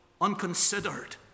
unconsidered